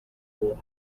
will